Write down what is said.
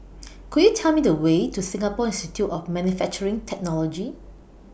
Could YOU Tell Me The Way to Singapore Institute of Manufacturing Technology